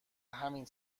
همین